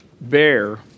bear